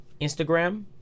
Instagram